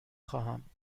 خواهم